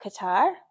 Qatar